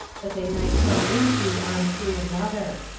that they might come into on through another.